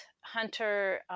Hunter